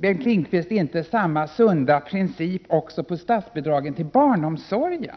Bengt Lindqvist samma sunda princip också för statsbidragen till barnomsorgen?